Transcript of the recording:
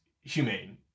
humane